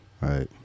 Right